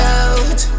out